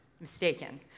mistaken